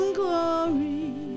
glory